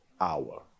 hour